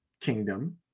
kingdom